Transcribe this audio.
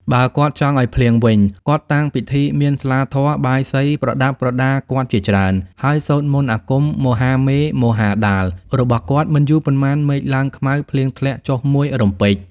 បើគាត់ចង់ឲ្យភ្លៀងវិញ គាត់តាំងពិធីមានស្លាធម៌ បាយសី ប្រដាប់ប្រដាគាត់ជាច្រើន ហើយសូត្រមន្តអាគម (មហាមេមហាដាល)របស់គាត់ មិនយូរប៉ុន្មានមេឃឡើងខ្មៅ ភ្លៀងធ្លាក់ចុះមួយរំពេច។